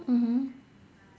mmhmm